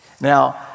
Now